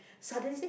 suddenly say